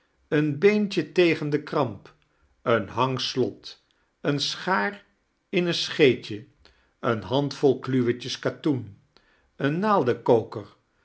een beentje tegen de kramp eein hangslot een schaar in een scheetje een handvol kluwetjes katoen een naaldenkoker